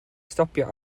stopio